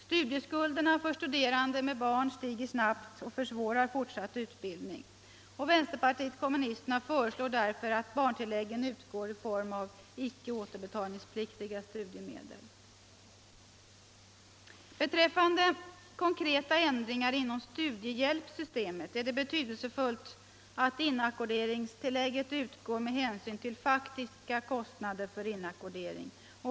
Studieskulderna för studerande med barn stiger snabbt och försvårar fortsatt utbildning. Vänsterpartiet kommunisterna föreslår därför att barntilläggen utgår i form av icke återbetalningspliktiga studiemedel. Beträffande konkreta ändringar inom studiehjälpssystemet är det betydelsefullt att inackorderingstillägget utgår med hänsyn till faktiska kostnader för inackordering.